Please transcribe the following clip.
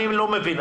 אני לא מבין,